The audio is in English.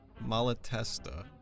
Malatesta